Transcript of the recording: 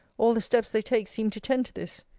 all the steps they take seem to tend to this!